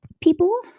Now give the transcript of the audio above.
people